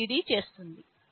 Led చేస్తుంది